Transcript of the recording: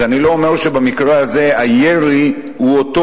אז אני לא אומר שבמקרה הזה הירי הוא אותו